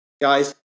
Guys